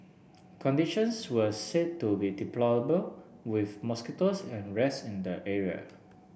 conditions were said to be deplorable with mosquitoes and rats in the area